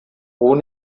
wohnen